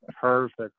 perfect